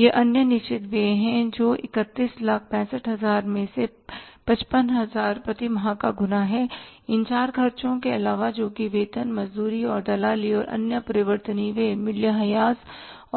ये अन्य निश्चित व्यय हैं जो 3165000 में से 55000 प्रतिमाह का गुना हैं इन चार खर्चों के अलावा जोकि वेतन मजदूरी और दलाली अन्य परिवर्तनीय व्यय मूल्यह्रास